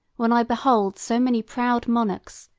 when i behold so many proud monarchs,